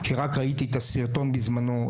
כשרק ראיתי את הסרטון בזמנו,